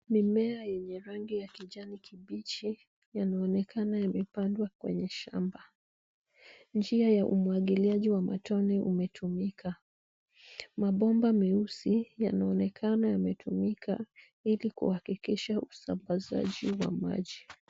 Mimea yenye rangi ya kijani kibichi, yanaonekana yamepandwa kwenye shamba. Njia ya umwagiliaji wa matone umetumika. Mabomba meusi yanaonekana yametumika ili kuhakikisha usambazaji wa maji.